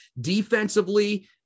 Defensively